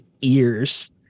ears